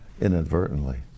inadvertently